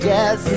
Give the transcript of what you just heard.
Yes